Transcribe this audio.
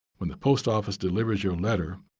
when the post office delivers your letter,